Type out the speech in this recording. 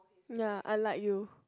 ya unlike you